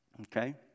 Okay